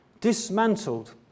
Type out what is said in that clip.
Dismantled